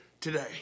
today